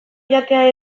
jatea